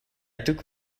took